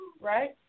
right